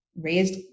raised